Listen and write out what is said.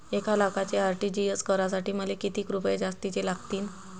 एक लाखाचे आर.टी.जी.एस करासाठी मले कितीक रुपये जास्तीचे लागतीनं?